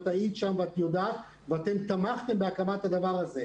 את היית שם ואת יודעת אתם תמכתם בדבר הזה.